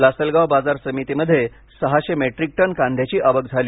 लासलगाव बाजार समितीमध्ये सहाशे मेट्रिक टन कांद्याची आवक झाली